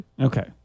Okay